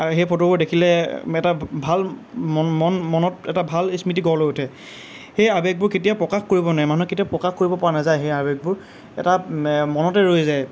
আৰু সেই ফটোবোৰ দেখিলে এটা ভাল মন মন মনত এটা ভাল স্মৃতি গঢ় লৈ উঠে সেই আবেগবোৰ কেতিয়াও প্ৰকাশ কৰিব নোৱাৰি মানুহে কেতিয়াও প্ৰকাশ কৰিব পৰা নাযায় সেই আবেগবোৰ এটা মনতেই ৰৈ যায়